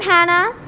Hannah